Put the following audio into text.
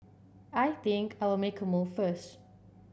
I think I'll make a move first